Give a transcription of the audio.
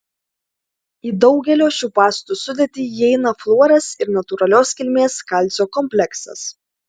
į daugelio šių pastų sudėtį įeina fluoras ir natūralios kilmės kalcio kompleksas